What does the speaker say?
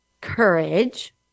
courage